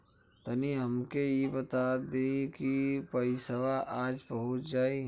तनि हमके इ बता देती की पइसवा आज पहुँच जाई?